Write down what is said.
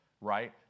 right